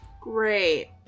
Great